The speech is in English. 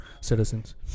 citizens